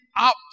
up